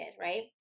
right